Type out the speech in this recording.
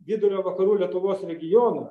vidurio vakarų lietuvos regioną